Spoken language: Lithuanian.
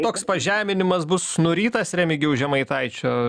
toks pažeminimas bus nurytas remigijaus žemaitaičio